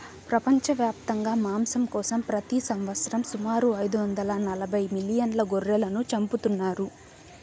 ప్రపంచవ్యాప్తంగా మాంసం కోసం ప్రతి సంవత్సరం సుమారు ఐదు వందల నలబై మిలియన్ల గొర్రెలను చంపుతున్నారు